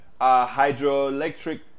hydroelectric